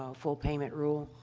um full payment rule?